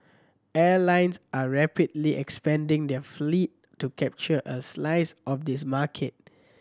airlines are rapidly expanding their fleet to capture a slice of this market